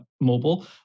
mobile